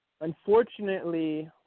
unfortunately